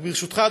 רק ברשותך,